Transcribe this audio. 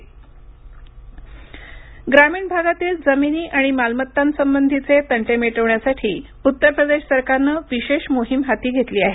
उत्तर प्रदेश ग्रामीण भागातील जमिनी आणि मालमत्तांसंबधीचे तंटे मिटवण्यासाठी उत्तर प्रदेश सरकारनं विशेष मोहीम हाती घेतली आहे